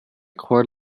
cord